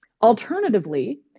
Alternatively